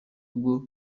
ubwo